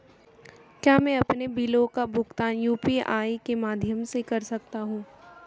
क्या मैं अपने बिलों का भुगतान यू.पी.आई के माध्यम से कर सकता हूँ?